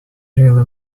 really